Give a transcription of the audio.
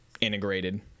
integrated